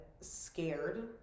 scared